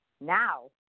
now